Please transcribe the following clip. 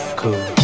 cool